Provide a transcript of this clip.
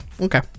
Okay